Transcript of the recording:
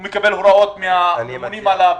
הוא מקבל הוראות מהממונים עליו,